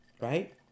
right